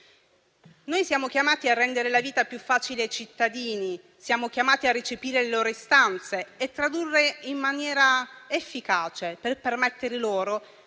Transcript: Siamo chiamati a rendere la vita più facile ai cittadini. Siamo chiamati a recepire il loro istanze e tradurle in maniera efficace per permettere loro